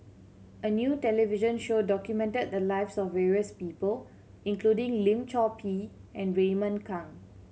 a new television show documented the lives of various people including Lim Chor Pee and Raymond Kang